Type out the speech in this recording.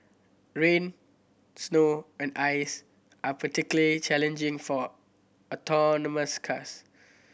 rain snow and ice are particularly challenging for autonomous cars